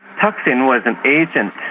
thaksin was an agent